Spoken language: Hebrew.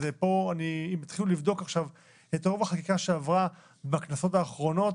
פה אם יתחילו לבדוק את רוב החקיקה שעברה בכנסות האחרונות